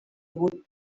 بود